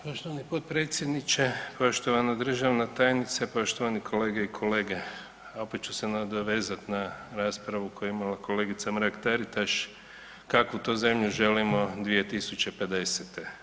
Poštovani potpredsjedniče, poštovana državna tajnice, poštovane kolegice i kolege, opet ću se nadovezat na raspravu koju je imala kolegica Mrak Taritaš, kakvu to zemlju želimo 2050.